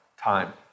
time